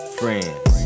friends